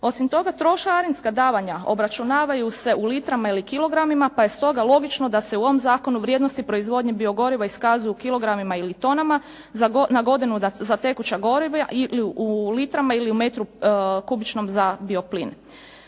Osim toga, trošarinska davanja obračunavaju se u litrama ili kilogramima pa je stoga logično da se u ovom zakonu vrijednosti proizvodnje biogoriva iskazuju u kilogramima ili tonama za tekuća goriva ili u litrama ili u metru kubičnom za bioplin.